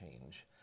change